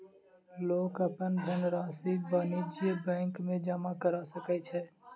लोक अपन धनरशि वाणिज्य बैंक में जमा करा सकै छै